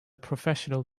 professional